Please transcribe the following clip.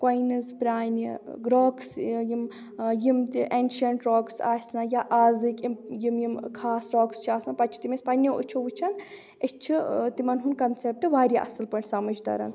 coins پرانہِ rocks یِم یِم تہِ اینشیٚنٛٹ راکٕس آسنا یا آزٕکۍ یِم یِم خاص راکٕس چھِ آسان پَتہٕ چھِ تِم أسۍ پَنٕنٮ۪و أچھَو وُچھان أسۍ چھِ تِمن ہُنٛد کَنسیپٹ واریاہ اَصٕل پٲٹھۍ سَمجھ تران